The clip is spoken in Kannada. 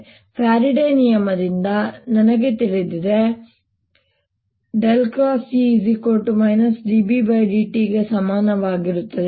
ಈಗ ಫ್ಯಾರಡೆಯ ನಿಯಮದಿಂದ ನನಗೆ ತಿಳಿದಿದೆ E B∂t ಗೆ ಸಮಾನವಾಗಿರುತ್ತದೆ